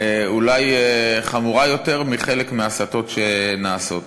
אולי חמורה יותר מחלק מההסתות שנעשות.